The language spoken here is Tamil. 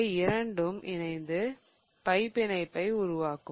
அவை இரண்டும் இணைந்து பை பிணைப்பை உருவாக்கும்